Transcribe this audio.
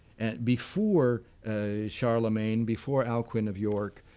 before ah charlemagne, before alcuin of york,